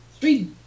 three